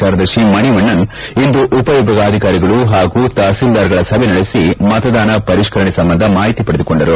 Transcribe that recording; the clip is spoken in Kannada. ಕಾರ್ಯದರ್ಶಿ ಮಣಿವಣ್ಣನ್ ಇಂದು ಉಪವಿಭಾಗಾಧಿಕಾರಿಗಳು ಹಾಗೂ ತಪತೀಲ್ವಾರ್ಗಳ ಸಭೆ ನಡೆಸಿ ಮತದಾನ ಪರಿಷ್ಠರಣೆ ಸಂಬಂಧ ಮಾಹಿತಿ ಪಡೆದುಕೊಂಡರು